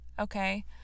okay